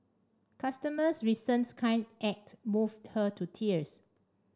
customer's recent kind act moved her to tears